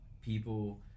people